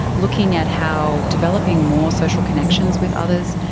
looking at how developing more social connections with others,